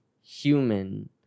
human